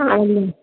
ആണല്ലേ